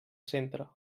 centre